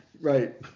right